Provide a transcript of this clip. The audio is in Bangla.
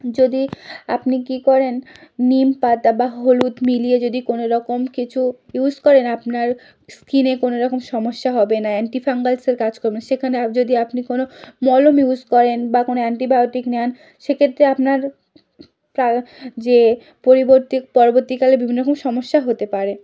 যদি আপনি কী করেন নিম পাতা বা হলুদ মিলিয়ে যদি কোনওরকম কিছু ইউজ করেন আপনার স্কিনে কোনওরকম সমস্যা হবে না অ্যান্টি পিম্পলসের কাজ করবে সেখানে যদি আপনি কোনও মলম ইউজ করেন বা কোনও অ্যান্টিবায়োটিক নেন সেক্ষেত্রে আপনার প্রায় যে পরিবর্তী পরবর্তীকালে বিভিন্ন রকম সমস্যা হতে পারে